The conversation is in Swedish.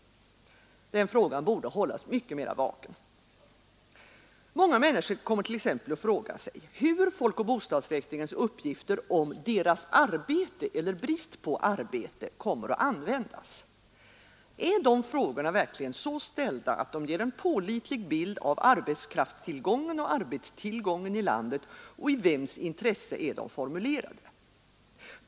Men frågan borde hållas mycket mera aktuell. Många människor kommer t.ex. att fråga sig hur folkoch bostadsräkningens uppgifter om deras arbete eller brist på arbete kommer att användas. Är dessa frågor verkligen så ställda att de ger en pålitlig bild av arbetskraftstillgången och arbetstillgången i landet och i vems intresse är de formulerade?